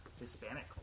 Hispanic